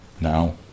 now